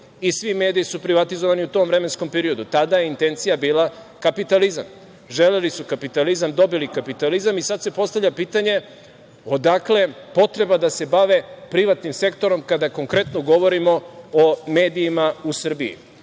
i svi mediji su privatizovani u tom vremenskom periodu. Tada je intencija bila kapitalizam. Želeli su kapitalizam, dobili kapitalizam i sada se postavlja pitanje – odakle potreba da se bave privatnim sektorom, kada konkretno govorimo o medijima u Srbiji?I